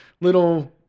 little